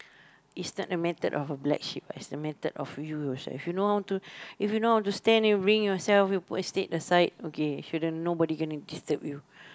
is not a matter of black sheep is the matter of you yourself if you know how to wing yourself stand aside okay nobody's gonna disturb you